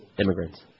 immigrants